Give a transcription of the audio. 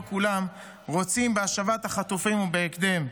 לא כולם רוצים בהשבת החטופים ובהקדם.